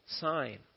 sign